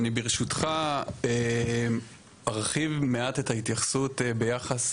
אני ברשותך ארחיב מעט את ההתייחסות ביחס